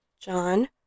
John